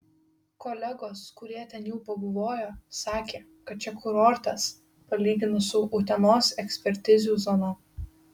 kolegos kurie ten jau pabuvojo sakė kad čia kurortas palyginus su utenos ekspertizių zona